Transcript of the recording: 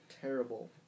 terrible